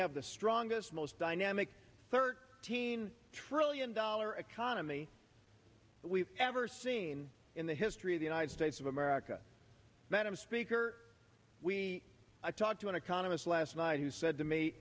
have the strongest most dynamic thirteen trillion dollar economy we've ever seen in the history of the united states of america madam speaker we talked to an economist last night who said to me